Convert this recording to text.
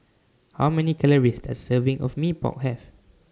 How Many Calories Does A Serving of Mee Pok Have